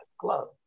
club